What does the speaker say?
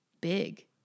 big